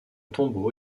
tombeau